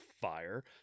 fire